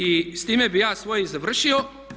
I s time bi ja svoje završio.